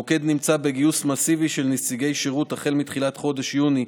המוקד נמצא בגיוס מסיבי של נציגי שירות החל מתחילת חודש יוני,